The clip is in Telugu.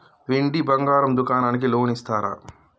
వెండి బంగారం దుకాణానికి లోన్ ఇస్తారా?